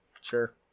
Sure